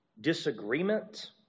disagreement